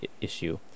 issue